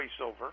voiceover